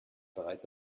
bereits